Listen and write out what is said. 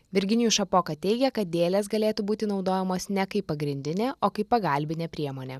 virginijus šapoka teigia kad dėlės galėtų būti naudojamos ne kaip pagrindinė o kaip pagalbinė priemonė